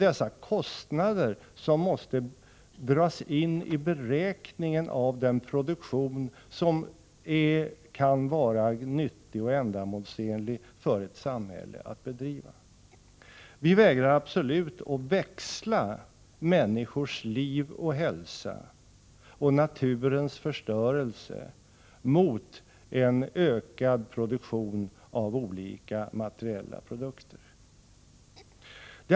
Dessa kostnader måste dras in i beräkningen av kostnaderna för den produktion som kan vara nyttig och ändamålsenlig för ett samhälle att bedriva. Vi vägrar absolut att växla människors liv och hälsa och naturens förstörelse mot en ökad produktion av olika materiella produkter.